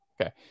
okay